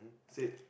said